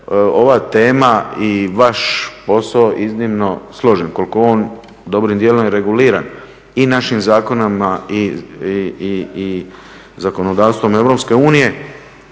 ova tema i vaš posao iznimno složen, koliko je on dobrim dijelom reguliran i našim zakonima i zakonodavstvom EU, isto tako